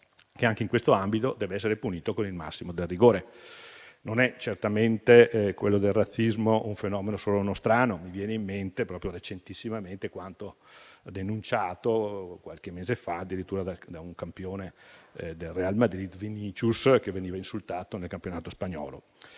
che anche in questo ambito deve essere punito con il massimo del rigore. Quello del razzismo non è certamente un fenomeno solo nostrano. Mi viene in mente, proprio recentissimamente, quanto denunciato qualche mese fa addirittura da un campione del Real Madrid, Vinícius, insultato nel campionato spagnolo.